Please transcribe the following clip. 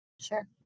Sure